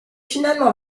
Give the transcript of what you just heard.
finalement